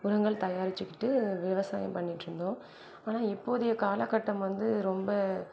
உரங்கள் தயாரித்துக்கிட்டு விவசாயம் பண்ணிகிட்ருந்தோம் ஆனால் இப்போதைய காலகட்டம் வந்து ரொம்ப